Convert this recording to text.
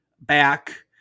back